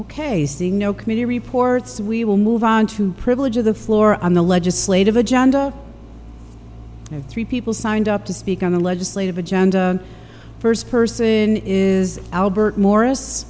ok seeing no committee reports we will move on to the privilege of the floor on the legislative agenda and three people signed up to speak on the legislative agenda first person is albert morris